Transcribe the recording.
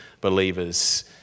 believers